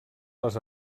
les